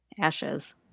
ashes